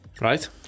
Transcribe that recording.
Right